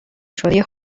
شده